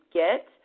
get